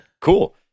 cool